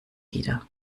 wieder